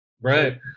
Right